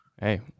Hey